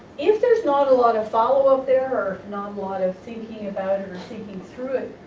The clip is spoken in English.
if there's not a lot of follow up there or not a lot of thinking about it or thinking through it,